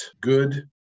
good